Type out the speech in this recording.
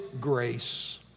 grace